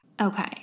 Okay